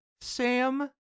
Sam